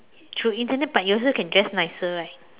through internet but you also can guess nicer right